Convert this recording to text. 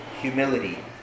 humility